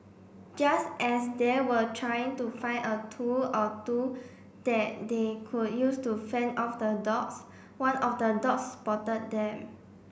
just as they were trying to find a tool or two that they could use to fend off the dogs one of the dogs spotted them